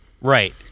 Right